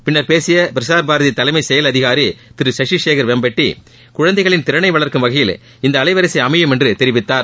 பின்னர் பேசிய பிரசார் பாரதி தலைமை செயல் அதிகாரி திரு சசி சேகர் வேம்பட்டி குழந்தைகளின் திறனை வளர்க்கும் வகையில் இந்த அலைவரிசை அமையும் என்று தெரிவித்தார்